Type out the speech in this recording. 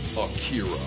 Akira